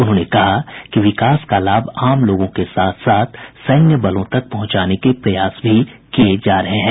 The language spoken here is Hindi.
उन्होंने कहा कि विकास का लाभ आम लोगों के साथ साथ सैन्य बलों तक पहुंचाने के प्रयास भी किए जा रहे है